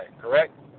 correct